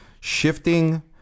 shifting